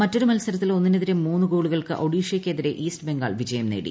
മറ്റൊരു മത്സരത്തിൽ ഒന്നിനെതിരെ മൂന്ന് ഗോളുകൾക്ക് ഒഡീഷയ്ക്കെതിരെ ഈസ്റ്റ് ബംഗാൾ വിജയം നേടി